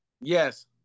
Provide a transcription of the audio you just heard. yes